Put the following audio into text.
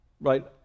right